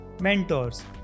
mentors